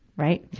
right.